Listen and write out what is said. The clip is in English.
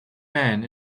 man